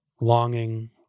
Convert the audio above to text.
longing